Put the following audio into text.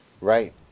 Right